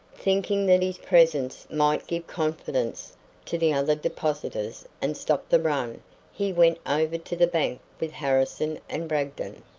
thinking that his presence might give confidence to the other depositors and stop the run he went over to the bank with harrison and bragdon.